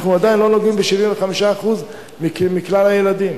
אנחנו עדיין לא נוגעים ב-75% מכלל הילדים.